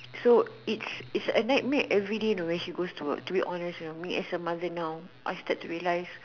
so it's it's a nightmare everyday you know when she goes to work to be honest you know I mean as a mother now I start to realise